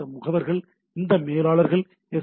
இந்த முகவர்கள் இந்த மேலாளர்கள் எஸ்